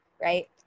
right